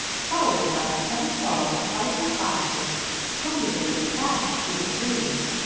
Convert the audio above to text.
followed by a heavy fall of fighting foxes tumbling with a crash through the trees.